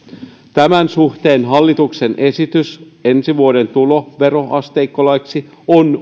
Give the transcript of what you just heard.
tämän suhteen hallituksen esitys ensi vuoden tuloveroasteikkolaiksi on